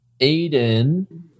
Aiden